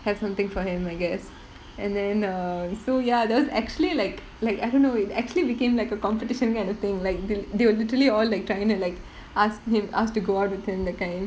have something for him I guess and then err so ya there was actually like like I don't know it actually became like a competition kind of thing like the~ they'll literally all like trying to like ask him ask to go out with him that kind